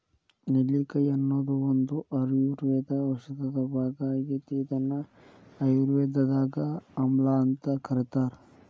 ನೆಲ್ಲಿಕಾಯಿ ಅನ್ನೋದು ಒಂದು ಆಯುರ್ವೇದ ಔಷಧದ ಭಾಗ ಆಗೇತಿ, ಇದನ್ನ ಆಯುರ್ವೇದದಾಗ ಆಮ್ಲಾಅಂತ ಕರೇತಾರ